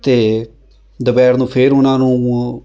ਅਤੇ ਦੁਪਹਿਰ ਨੂੰ ਫਿਰ ਉਹਨਾਂ ਨੂੰ